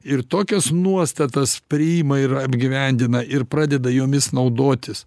ir tokias nuostatas priima ir apgyvendina ir pradeda jomis naudotis